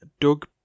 Doug